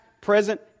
present